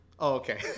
okay